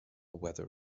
weather